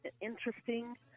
interesting